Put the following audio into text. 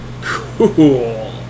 cool